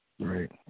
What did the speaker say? Right